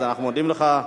אז אנחנו מודים לך.